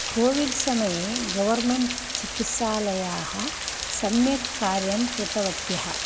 COVID समये government चिकित्सालयाः सम्यक् कार्यं कृतवत्यः